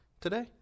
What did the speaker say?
today